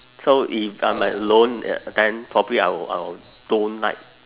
so if I'm alone then probably I will I'll don't like